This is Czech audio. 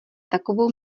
takovou